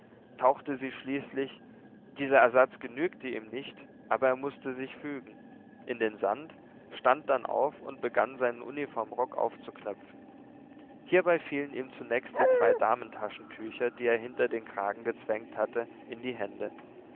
tauchte sie schließlich dieser ersatz genügte ihm nicht aber er mußte sich fügen in den sand stand dann auf und begann seinen uniformrock aufzuknöpfen hierbei fielen ihm zunächst die zwei damentaschentücher die er hinter den kragen gezwängt hatte in die hände